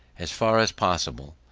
as far as possible,